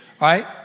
right